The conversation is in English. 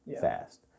fast